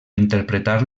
interpretar